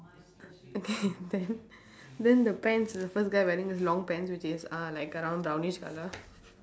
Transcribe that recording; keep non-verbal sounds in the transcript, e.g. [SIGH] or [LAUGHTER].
okay [LAUGHS] then then the pants the first guy wearing long pants which is uh like around brownish colour